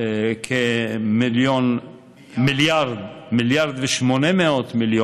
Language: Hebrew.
כ-1.8 מיליארד שקל",